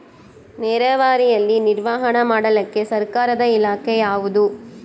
ನೇರಾವರಿಯಲ್ಲಿ ನಿರ್ವಹಣೆ ಮಾಡಲಿಕ್ಕೆ ಸರ್ಕಾರದ ಇಲಾಖೆ ಯಾವುದು?